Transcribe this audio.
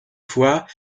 fois